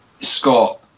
Scott